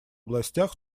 областях